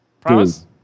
Promise